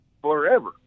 forever